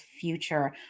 future